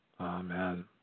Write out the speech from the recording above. Amen